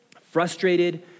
frustrated